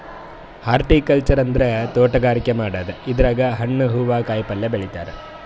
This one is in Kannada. ಹಾರ್ಟಿಕಲ್ಚರ್ ಅಂದ್ರ ತೋಟಗಾರಿಕೆ ಮಾಡದು ಇದ್ರಾಗ್ ಹಣ್ಣ್ ಹೂವಾ ಕಾಯಿಪಲ್ಯ ಬೆಳಿತಾರ್